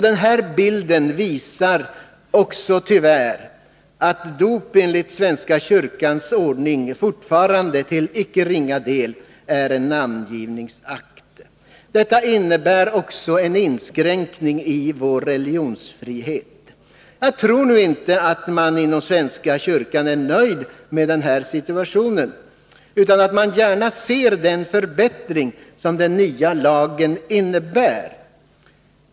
Den här bilden visar också tyvärr att dop enligt svenska kyrkans ordning fortfarande till icke ringa del även är en namngivningsakt. Detta innebär också en inskränkning i vår religionsfrihet. Jag tror inte att man inom svenska kyrkan är nöjd med den här situationen utan att man gärna ser den förbättring som den nya lagen innebär.